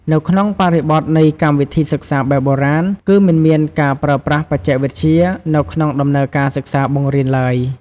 នៅក្នុងបរិបទនៃកម្មវិធីសិក្សាបែបបុរាណ គឺ មិនមានការប្រើប្រាស់បច្ចេកវិទ្យា នៅក្នុងដំណើរការសិក្សាបង្រៀនឡើយ។